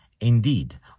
Indeed